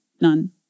none